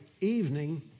evening